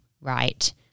right